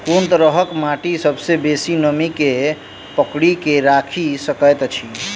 कोन तरहक माटि सबसँ बेसी नमी केँ पकड़ि केँ राखि सकैत अछि?